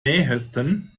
nähesten